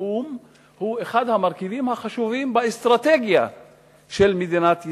והתיאום הם מהמרכיבים החשובים באסטרטגיה של מדינת ישראל.